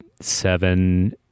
seven